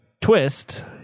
twist